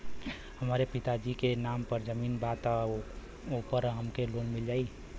हमरे पिता जी के नाम पर जमीन बा त ओपर हमके लोन मिल जाई?